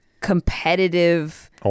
competitive